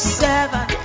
seven